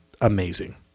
amazing